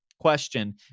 question